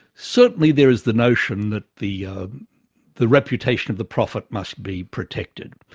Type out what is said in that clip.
certainly there is the notion that the ah the reputation of the prophet must be protected.